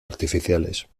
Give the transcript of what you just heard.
artificiales